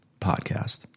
podcast